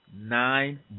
Nine